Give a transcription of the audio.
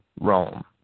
Rome